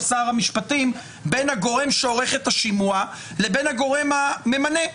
שר המשפטים בין הגורם שעורך את השימוע לבין הגורם הממנה.